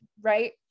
right